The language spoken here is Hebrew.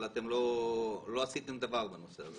רק לא עשיתם דבר בנושא הזה.